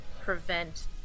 prevent